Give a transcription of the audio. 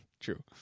True